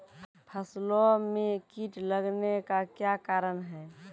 फसलो मे कीट लगने का क्या कारण है?